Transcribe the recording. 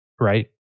right